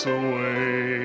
away